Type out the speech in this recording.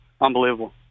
unbelievable